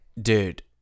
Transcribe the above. Dude